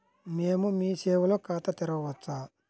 మేము మీ సేవలో ఖాతా తెరవవచ్చా?